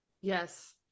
yes